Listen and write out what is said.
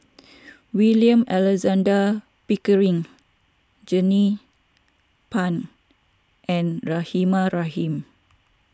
William Alexander Pickering Jernnine Pang and Rahimah Rahim